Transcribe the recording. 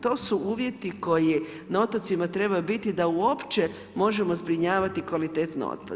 To su uvjeti koji na otocima trebaju biti da uopće možemo zbrinjavati kvalitetno otpad.